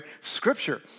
Scripture